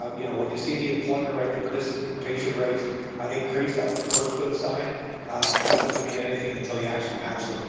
um you know, when you see the employment rate, the participation rate increase, that's the first good sign but that doesn't mean anything until you actually match them.